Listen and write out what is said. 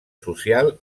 social